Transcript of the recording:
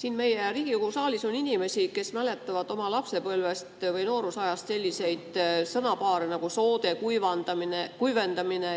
Siin meie Riigikogu saalis on inimesi, kes mäletavad oma lapsepõlvest või noorusajast sellist sõnapaari nagu "soode kuivendamine".